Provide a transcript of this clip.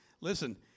Listen